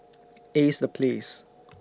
Ace The Place